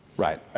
right.